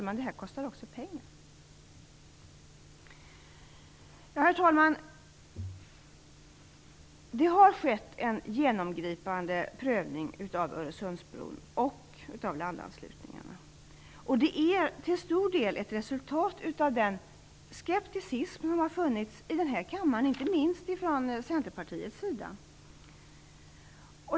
Men detta kostar också pengar. Herr talman! Det har skett en genomgripande prövning av Öresundsbron och av landanslutningarna. Den är till stor del ett resultat av den skepticism som har visats i kammaren, inte minst från Centerpartiets sida.